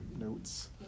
notes